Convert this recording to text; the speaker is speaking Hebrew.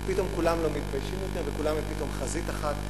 ופתאום כולם לא מתביישים יותר וכולם פתאום חזית אחת.